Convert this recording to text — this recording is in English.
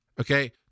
okay